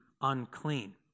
unclean